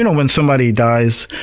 and when somebody dies,